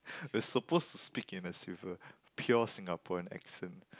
we're suppose to speak in a silv~ pure Singaporean accent